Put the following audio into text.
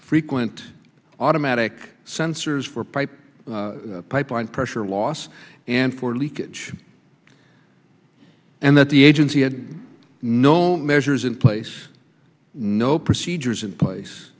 frequent automatic sensors for pipe pipeline pressure loss and poor leakage and that the agency had no measures in place no procedures in place